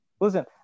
Listen –